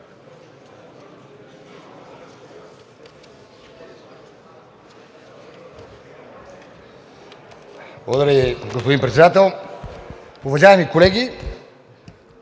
Благодаря Ви, господин Председател. Уважаеми колеги!